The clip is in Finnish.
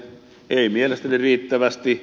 ei mielestäni riittävästi